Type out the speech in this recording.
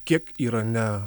kiek irane